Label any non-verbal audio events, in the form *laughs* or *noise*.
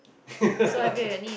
*laughs*